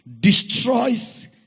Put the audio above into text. destroys